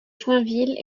joinville